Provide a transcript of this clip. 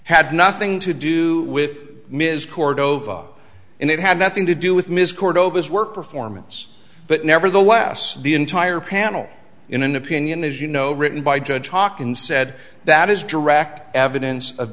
had nothing to do with ms cordova and it had nothing to do with ms cordova's work performance but nevertheless the entire panel in an opinion as you know written by judge hawkins said that is direct evidence of